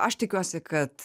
aš tikiuosi kad